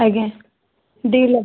ଆଜ୍ଞା ଦୁଇ ଲକ୍ଷ